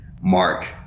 Mark